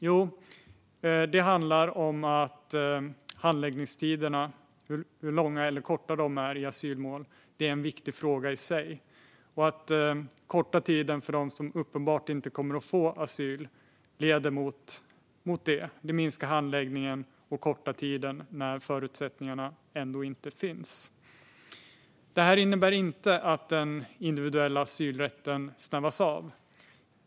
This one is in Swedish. Jo, det handlar om handläggningstiderna. Hur långa eller korta de är i asylmål är en viktig fråga i sig. Att korta tiden för dem som uppenbart inte kommer att få asyl leder till minskad handläggning och kortare tid när förutsättningarna ändå inte finns. Det här innebär inte att den individuella asylrätten snävas in.